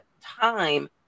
time